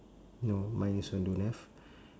no mine also don't have